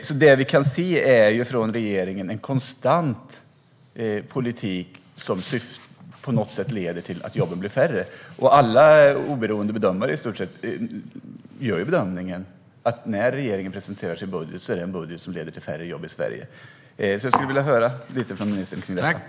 Det vi kan se från regeringens sida är en konstant politik som leder till att jobben blir färre. Alla oberoende bedömare gör bedömningen att regeringens budget leder till färre jobb i Sverige. Jag vill höra lite mer från ministern om dessa frågor.